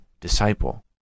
disciple